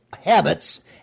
habits